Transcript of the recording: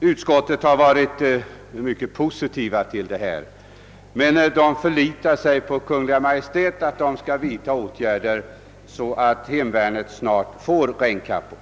Utskottet har ställt sig positivt till yrkandet men litar på att Kungl. Maj:t vidtar åtgärder så att hemvärnet snart får regnkappor.